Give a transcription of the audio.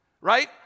right